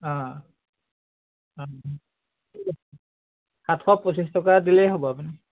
অঁ অঁ ঠিক আছে সাতশ পঁচিশ টকা দিলেই হ'ব আপুনি